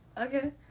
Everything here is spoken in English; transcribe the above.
Okay